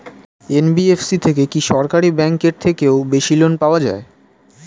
NBFC থেকে কি সরকারি ব্যাংক এর থেকেও বেশি লোন পাওয়া যায়?